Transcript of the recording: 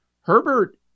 Herbert